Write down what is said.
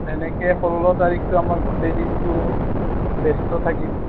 তেনেকৈ ষোল্ল তাৰিখটো আমাৰ গোটেই দিনটো ব্যস্ত থাকিম